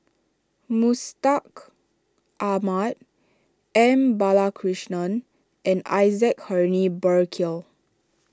Mustaq Ahmad M Balakrishnan and Isaac Henry Burkill